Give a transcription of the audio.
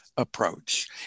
approach